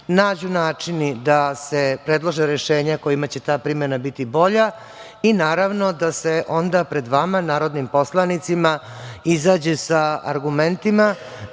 nađu načini da se predlože rešenja kojima će ta primena biti bolja i naravno, da se onda pred vama, narodnim poslanicima, izađe sa argumentima,